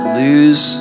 lose